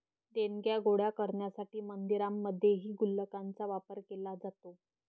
देणग्या गोळा करण्यासाठी मंदिरांमध्येही गुल्लकांचा वापर केला जातो